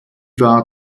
war